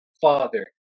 father